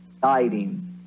guiding